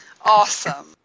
Awesome